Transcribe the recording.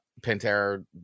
Pantera